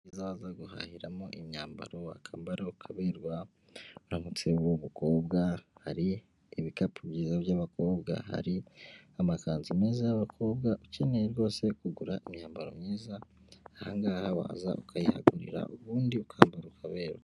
Isoko ryiza waza guhahiramo imyambaro wakambara ukabe uramutse uri umukobwa ,hari ibikapu byiza by'abakobwa, hari amakanzu meza y'abakobwa ukeneye rwose kugura imyambaro myiza, aha ngaha waza ukayihagurira ubundi ukambara ukabera.